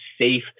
safe